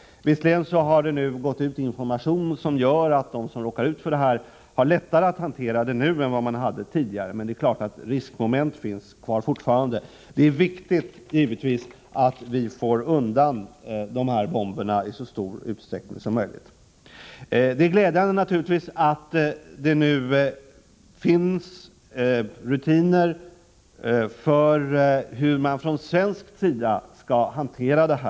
Visserligen har det nu gått ut information, vilket gör att de som råkar ut för detta nu har lättare att hantera bomberna än tidigare. Riskmomentet finns dock fortfarande kvar. Det är givetvis viktigt att vi får undan dessa bomber i så stor utsträckning som möjligt. Det är naturligtvis glädjande att det nu finns rutiner för hur man från svensk sida skall hantera detta.